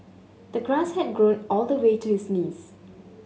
the grass had grown all the way to his knees